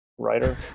Writer